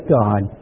God